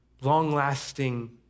long-lasting